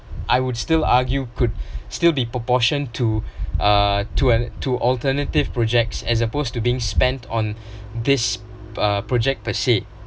I would still argue could still be proportioned to uh to to alternative projects as opposed to being spent on this uh project per se